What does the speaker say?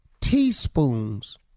teaspoons